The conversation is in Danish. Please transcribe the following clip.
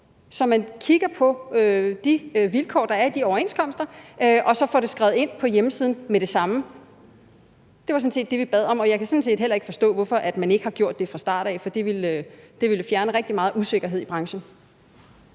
så man kigger på de vilkår, der er i de overenskomster, og så skal det skrives ind på hjemmesiden med det samme. Det var sådan set det, vi bad om, og jeg kan heller ikke forstå, hvorfor man ikke har gjort det fra start af, for det ville fjerne rigtig meget usikkerhed i branchen.